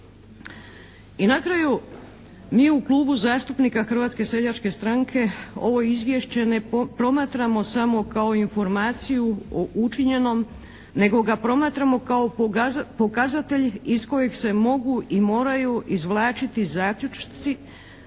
I na kraju mi u Klubu zastupnika Hrvatske seljačke stranke ovo izvješće ne promatramo samo kao informaciju o učinjenom nego ga promatramo kao pokazatelj iz kojeg se mogu i moraju izvlačiti zaključci